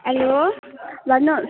hello भन्नुहोस्